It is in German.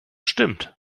stimmt